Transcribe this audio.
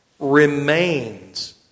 remains